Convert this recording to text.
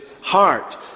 heart